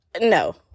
no